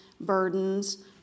burdens